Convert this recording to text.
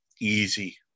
easy